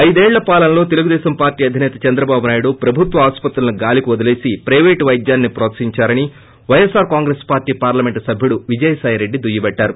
ఐదేళ్ల పాలనలో తెలుగుదేశం అధిసేత చంద్రబాబు నాయుడు ప్రభుత్వాసుపత్రులను గాలీ కొదిలేసి పైవేటు వైద్యాన్సి ప్రోత్సహించారని వైఎస్పార్ కాంగ్రెస్ పార్టీ పార్లమెంట్ సభ్యుడు విజయసాయిరెడ్డి దుయ్యబట్టారు